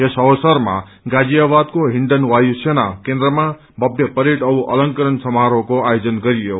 यस अवसरमा गाजियावादको हिण्डन वायु सेना केन्द्रमा भव्य परेड औ अलेकरए सामारोहको आयोजन गरियो